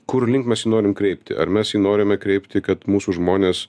kurlink mes jį norim kreipti ar mes jį norime kreipti kad mūsų žmonės